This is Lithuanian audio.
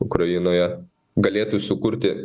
ukrainoje galėtų sukurti